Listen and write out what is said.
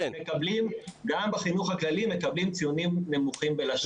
מקבלים ציונים נמוכים בלשון.